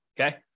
okay